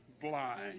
blind